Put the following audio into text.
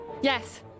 Yes